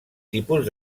tipus